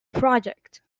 project